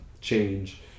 change